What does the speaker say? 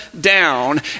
down